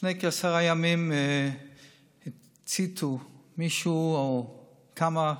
לפני כעשרה ימים הציתו, מישהו או כמה,